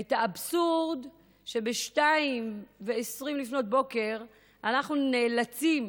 את האבסורד שב-02:20 אנחנו נאלצים